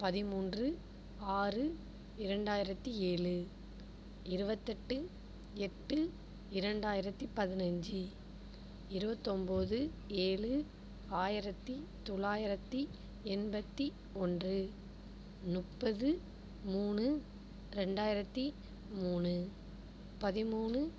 பதிமூன்று ஆறு இரண்டாயிரத்து ஏழு இருபத்தெட்டு எட்டு இரண்டாயிரத்து பதினைஞ்சி இருவத்தொம்பது ஏழு ஆயிரத்து தொள்ளாயிரத்து எண்பத்து ஒன்று முப்பது மூணு ரெண்டாயிரத்து மூணு பதிமூணு